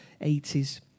80s